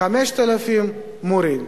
5,000 מורים,